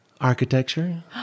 Architecture